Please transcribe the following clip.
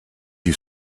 you